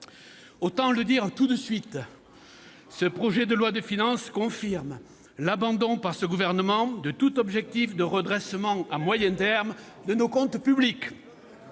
autant le dire tout de suite : ce projet de loi de finances confirme l'abandon par ce gouvernement de tout objectif de redressement à moyen terme de nos comptes publics.